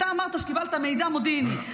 אמרת שקיבלת מידע מודיעיני.